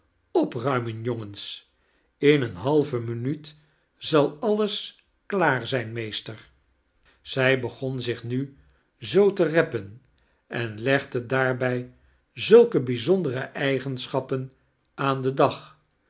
opruimen jongens in een halve minuut zal alles klaar zijn meester zij begon zich nu zoo te reppen en legde daarbij zulke bijzondere eigenisehappen aan den dag